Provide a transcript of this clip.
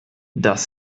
das